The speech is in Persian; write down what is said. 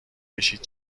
کشید